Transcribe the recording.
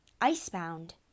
Icebound